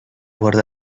borde